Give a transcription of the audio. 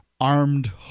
armed